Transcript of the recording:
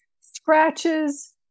scratches